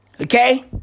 Okay